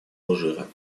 алжира